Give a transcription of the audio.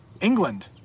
England